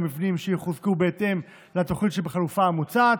של המבנים שיחוזקו בהתאם לתוכניות שבחלופה המוצעת.